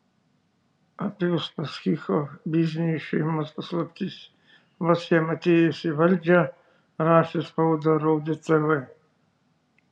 apie uspaskicho biznio ir šeimos paslaptis vos jam atėjus į valdžią rašė spauda rodė tv